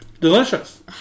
Delicious